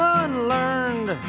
unlearned